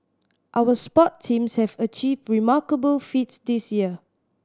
our sport teams have achieved remarkable feats this year